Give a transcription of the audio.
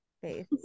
face